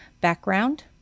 background